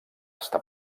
estar